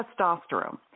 testosterone